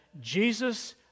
Jesus